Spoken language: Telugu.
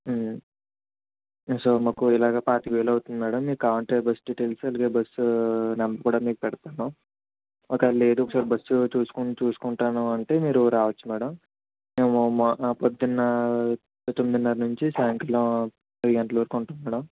సో మాకు ఇలాగ పాతిక వేలు అవుతుంది మేడం మీకు కావాలంటే బస్ డీటెయిల్స్ అలాగే బస్ నెంబర్ కూడా మీకు పెడతాను ఒకవేళ లేదు బస్ చూస్ చూసుకుంటాను అంటే మీరు రావచ్చు మేడం మేము మార్ పొద్దున్న తొమ్మిదిన్నర నుంచి సాయంత్రం పది గంటల వరకు ఉంటాం మేడం